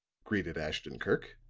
greeted ashton-kirk.